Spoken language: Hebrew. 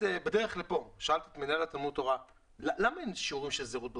בדרך לכאן שאלתי את מנהל תלמיד התורה למה אין שיעורים של זהירות בדרכים.